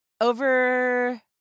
over